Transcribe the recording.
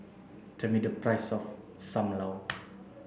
tell me the price of Sam Lau